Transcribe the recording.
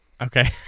Okay